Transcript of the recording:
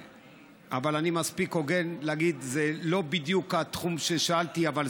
אבל אני מספיק הוגן להגיד: זה לא בדיוק התחום ששאלתי עליו,